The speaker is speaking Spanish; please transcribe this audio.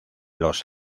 los